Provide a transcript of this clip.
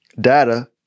data